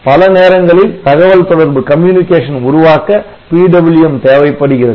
பல நேரங்களில் தகவல் தொடர்பு உருவாக்க PWM தேவைப்படுகிறது